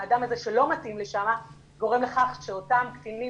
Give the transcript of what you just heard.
האדם הזה שלא מתאים לשם גורם לכך שאותם קטינים